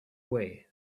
way